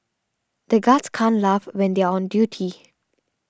the guards can't laugh when they are on duty